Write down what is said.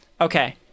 Okay